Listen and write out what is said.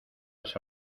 las